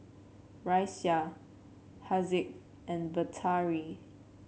Raisya Haziq and Batari